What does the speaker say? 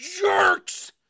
jerks